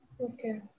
Okay